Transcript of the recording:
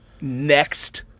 next